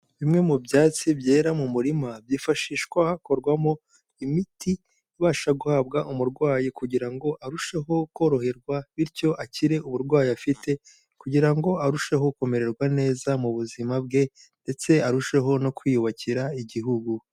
Bimwe mu byatsi byera mu murima, byifashishwa hakorwamo imiti ibasha guhabwa umurwayi kugira ngo arusheho koroherwa, bityo akire uburwayi afite kugira ngo arusheho kumererwa neza mu buzima bwe ndetse arusheho no kwiyubakira igihugu.